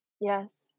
Yes